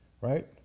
right